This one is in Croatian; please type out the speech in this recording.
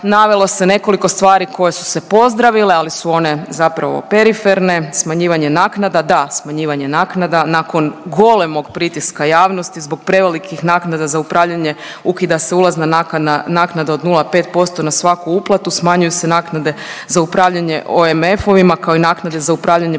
Navelo se nekoliko stvari koje su se pozdravile, ali su one zapravo periferne. Smanjivanje naknada, da smanjivanje naknada nakon golemog pritiska javnosti zbog prevelikih naknada za upravljanje ukida se ulazna naknada od 0,5% na svaku uplatu, smanjuju se naknade za upravljanje OMF-ovima kao i naknade za upravljanje